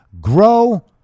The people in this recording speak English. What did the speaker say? grow